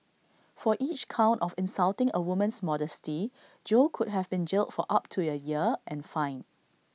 for each count of insulting A woman's modesty Jo could have been jailed for up to A year and fined